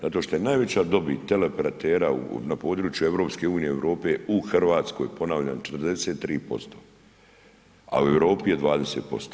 Zato što je najveća dobit teleoperatera na području EU i Europe u Hrvatskoj, ponavljam 43% a u Europi je 20%